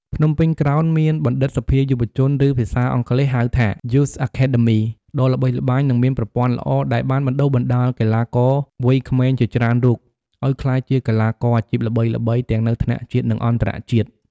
ភ្នំពេញក្រោនមានបណ្ឌិតសភាយុវជន ឬ ភាសាអង់គ្លេសហៅថា Youth Academy ដ៏ល្បីល្បាញនិងមានប្រព័ន្ធល្អ ដែលបានបណ្តុះបណ្តាលកីឡាករវ័យក្មេងជាច្រើនរូបឲ្យក្លាយជាកីឡាករអាជីពល្បីៗទាំងនៅថ្នាក់ជាតិ និងអន្តរជាតិ។